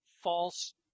false